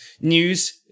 news